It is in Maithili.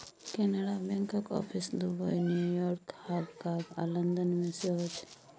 कैनरा बैंकक आफिस दुबई, न्यूयार्क, हाँगकाँग आ लंदन मे सेहो छै